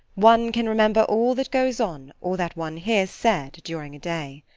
one can remember all that goes on or that one hears said during a day.